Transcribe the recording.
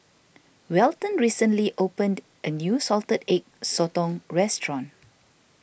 Welton recently opened a new Salted Egg Sotong restaurant